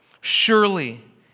Surely